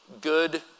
good